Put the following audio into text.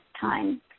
time